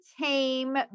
tame